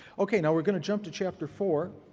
okay, now we're going to jump to chapter four,